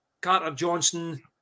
Carter-Johnson